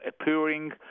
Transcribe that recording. appearing